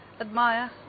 admire